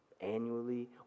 annually